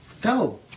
go